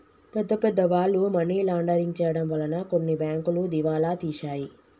పెద్ద పెద్ద వాళ్ళు మనీ లాండరింగ్ చేయడం వలన కొన్ని బ్యాంకులు దివాలా తీశాయి